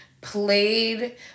played